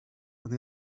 and